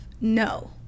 no